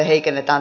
puhemies